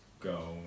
go